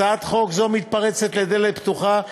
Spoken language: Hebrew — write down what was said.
הצעת חוק זו מתפרצת לדלת פתוחה,